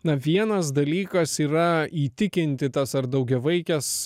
na vienas dalykas yra įtikinti tas ar daugiavaikes